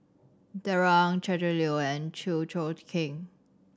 Darrell Ang Gretchen Liu and Chew Choo Keng